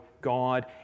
God